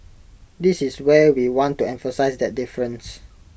this is where we want to emphasise that difference